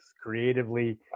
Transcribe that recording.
creatively